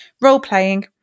role-playing